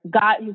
God